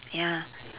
ya